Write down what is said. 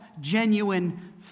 genuine